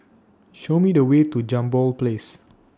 Show Me The Way to Jambol Place